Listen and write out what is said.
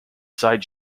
side